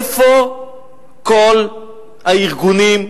איפה כל הארגונים,